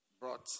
brought